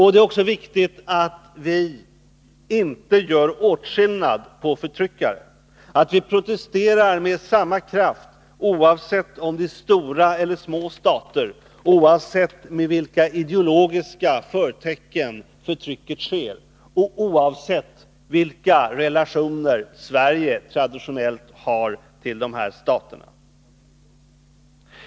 Det är också viktigt att vi inte gör åtskillnad på förtryckare, utan protesterar med samma kraft oavsett om det är stora eller små stater, oavsett med vilka ideologiska förtecken förtrycket sker och oavsett vilken relation Sverige traditionellt har till dessa stater.